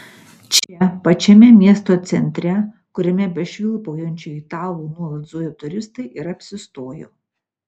čia pačiame miesto centre kuriame be švilpaujančių italų nuolat zuja turistai ir apsistojau